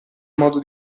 modo